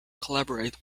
collaborate